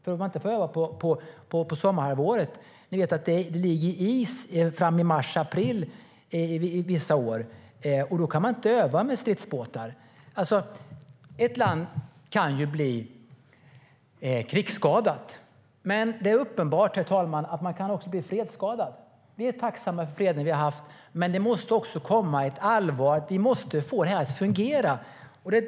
Det ligger ju is fram till mars eller april vissa år, och då kan man inte öva med stridsbåtar. Ett land kan bli krigsskadat. Men det är uppenbart, herr talman, att man också kan bli fredsskadad. Vi är tacksamma för freden vi har haft, men det måste också komma ett allvar. Vi måste få detta att fungera.